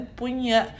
punya